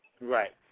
Right